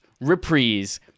Reprise